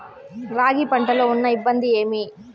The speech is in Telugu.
రాగి పంటలో ఉన్న ఇబ్బంది ఏమి?